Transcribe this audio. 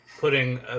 putting